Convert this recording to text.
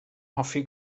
hoffi